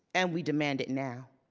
and we demand it now.